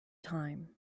time